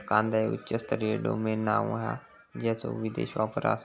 कांदा हे उच्च स्तरीय डोमेन नाव हा ज्याचो विशेष वापर आसा